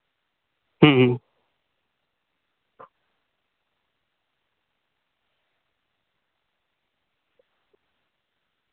ᱦᱩᱸ ᱦᱩᱸ ᱦᱩᱸ